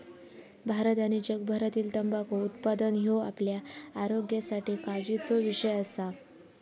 भारत आणि जगभरातील तंबाखू उत्पादन ह्यो आपल्या आरोग्यासाठी काळजीचो विषय असा